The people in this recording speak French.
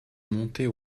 montait